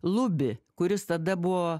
lubį kuris tada buvo